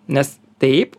nes taip